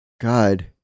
God